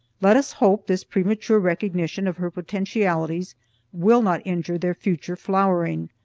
let us hope this premature recognition of her potentialities will not injure their future flowering,